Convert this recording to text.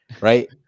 right